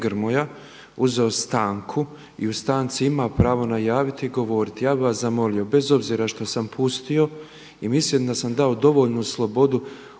Hvala vam